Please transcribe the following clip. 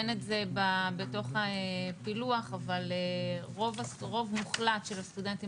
אין את זה בתוך הפילוח אבל רוב מוחלט של הסטודנטים